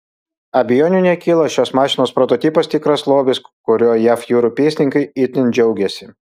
abejonių nekyla šios mašinos prototipas tikras lobis kuriuo jav jūrų pėstininkai itin džiaugiasi